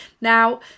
Now